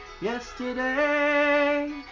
Yesterday